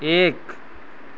एक